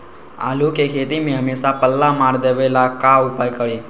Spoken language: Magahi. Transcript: आलू के खेती में हमेसा पल्ला मार देवे ला का उपाय करी?